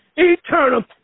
Eternal